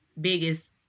biggest